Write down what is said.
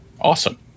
Awesome